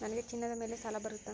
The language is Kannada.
ನನಗೆ ಚಿನ್ನದ ಮೇಲೆ ಸಾಲ ಬರುತ್ತಾ?